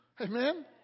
Amen